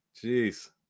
Jeez